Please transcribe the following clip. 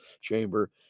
chamber